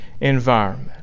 environment